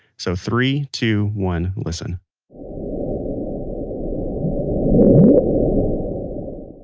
so, three, two, one, listen oh.